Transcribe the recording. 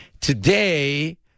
today